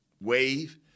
wave